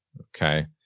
Okay